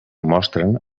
mostren